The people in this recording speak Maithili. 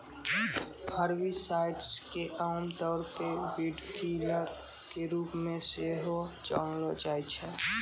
हर्बिसाइड्स के आमतौरो पे वीडकिलर के रुपो मे सेहो जानलो जाय छै